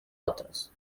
otros